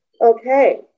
okay